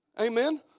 Amen